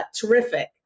Terrific